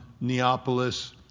Neapolis